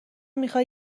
میخای